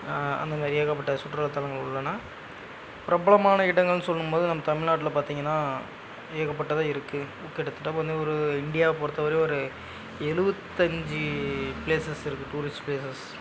அந்த மாதிரி ஏகப்பட்ட சுற்றுலாத்தளங்கள் உள்ளன பிரபலமான இடங்கள் சொல்லும் போது நம் தமிழ்நாட்டில் பார்த்திங்கன்னா ஏகப்பட்டது இருக்குது கிட்டத்தட்ட வந்து ஒரு இண்டியாவை பொறுத்த வரையும் ஒரு எழுவத்தஞ்சி ப்ளேஸஸ் இருக்குது டூரிஸ்ட் ப்ளேஸஸ்